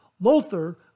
Lothar